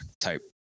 type